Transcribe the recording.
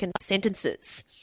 sentences